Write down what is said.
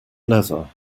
leather